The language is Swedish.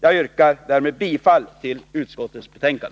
Jag yrkar bifall till utskottets hemställan.